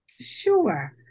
Sure